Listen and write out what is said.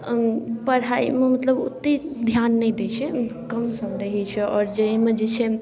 पढ़ाइमे मतलब ओतेक धिआन नहि दै छै कमसम रहै छै आओर जे एहिमे जे छै